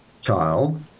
child